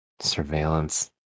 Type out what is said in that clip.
Surveillance